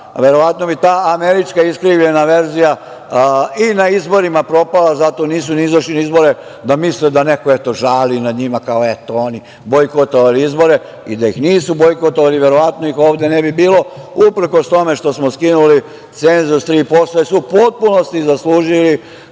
verovatno bi ta američka iskrivljena verzija i na izborima propala, zato nisu ni izašli na izbore da misle da neko, eto, žali za njima, kao, eto, oni bojkotovali izbore i da ih nisu bojkotovali verovatno ih ovde ne bi bilo, uprkos tome što smo skinuli cenzus 3%, jer su u potpunosti zaslužili